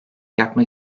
yapmak